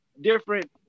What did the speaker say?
different